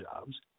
jobs